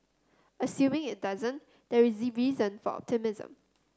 assuming it doesn't there is reason for optimism